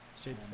Straight